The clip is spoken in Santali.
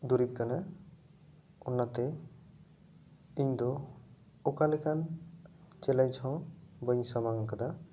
ᱫᱩᱨᱤᱵᱽ ᱠᱟᱱᱟ ᱚᱱᱟᱛᱮ ᱤᱧ ᱫᱚ ᱚᱠᱟᱞᱮᱠᱟᱱ ᱪᱮᱞᱮᱱᱡᱽ ᱦᱚᱸ ᱵᱟᱹᱧ ᱥᱟᱢᱟᱝ ᱟᱠᱟᱫᱟ